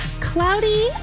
Cloudy